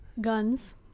guns